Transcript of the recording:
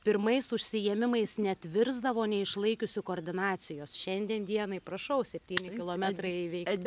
pirmais užsiėmimais net pvirsdavo neišlaikiusi koordinacijos šiandien dienai prašau septyni kilometrai įveikti